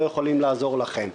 בזה אנחנו לא יכולים לעזור לכם,